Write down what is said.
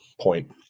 point